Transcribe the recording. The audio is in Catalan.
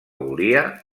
volia